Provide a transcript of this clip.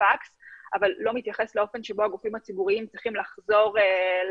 בפקס אבל לא מתייחס לאופן שבו הגופים הציבוריים צריכים לחזור לפונים,